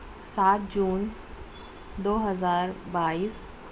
سات جون دو ہزار بائیس